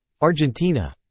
Argentina